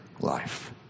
life